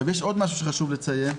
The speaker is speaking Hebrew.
יש עוד משהו שחשוב לציין,